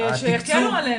לא,